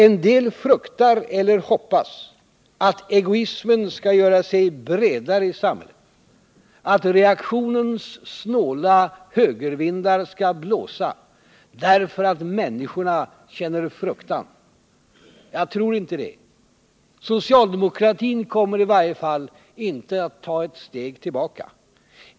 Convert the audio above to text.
En del fruktar eller hoppas att egoismen skall göra sig bredare i samhället, att reaktionens snåla högervindar skall blåsa, därför att människorna känner fruktan. Jag tror inte det. Socialdemokratin kommer i varje fall inte att ta ett steg tillbaka.